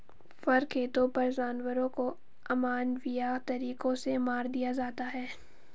फर खेतों पर जानवरों को अमानवीय तरीकों से मार दिया जाता है